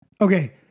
okay